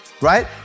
right